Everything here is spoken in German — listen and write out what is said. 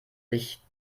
sich